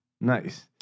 Nice